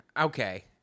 okay